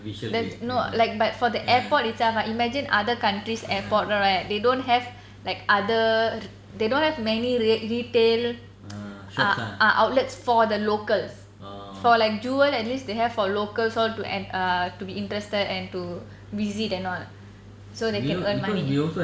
that's no like but for the airport itself ah imagine other countries airport right they don't have like other they don't have many re~ retail ah ah outlets for the locals for like jewel at least they have for locals all to en~ err to be interested and to visit and all so they can earn money